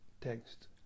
Text